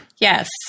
Yes